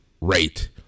right